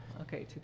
Okay